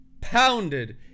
pounded